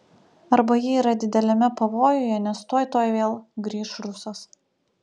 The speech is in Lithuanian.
arba ji yra dideliame pavojuje nes tuoj tuoj vėl grįš rusas